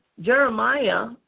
Jeremiah